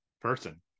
person